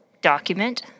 document